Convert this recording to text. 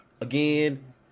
again